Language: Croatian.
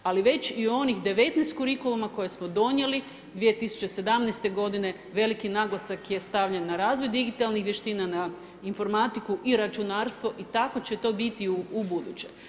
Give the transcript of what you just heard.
Ali već i onih 19 kurikuluma koje smo donijeli 2017. godine veliki naglasak je stavljen na razvoj digitalnih vještina, na informatiku i računarstvo i tako će to biti i ubuduće.